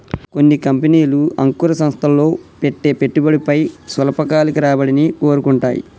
కొన్ని కంపెనీలు అంకుర సంస్థల్లో పెట్టే పెట్టుబడిపై స్వల్పకాలిక రాబడిని కోరుకుంటాయి